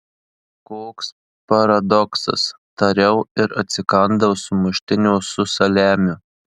koks paradoksas tariau ir atsikandau sumuštinio su saliamiu